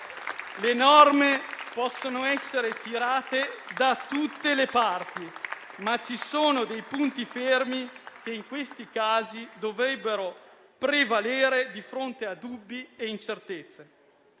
Le norme possono essere tirate da tutte le parti, ma ci sono dei punti fermi che in certi casi dovrebbero prevalere di fronte a dubbi e incertezze.